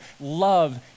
love